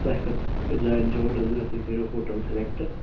تۄہہِ کَتھ جایہِ چھُو ہوٹَل ضروٗرت تُہۍ کٔرِو ہوٹَل سِلیٚکٹہٕ